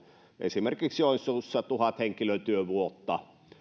esimerkiksi joensuussa tuhat henkilötyövuotta